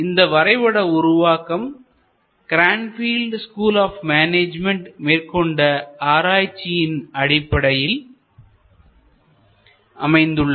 இந்த வரைபடம் உருவாக்கம் கிரான்பீல்டு ஸ்கூல் ஆப் மேனேஜ்மென்ட் மேற்கொண்ட ஆராய்ச்சியின் அடிப்படையில் அமைந்துள்ளது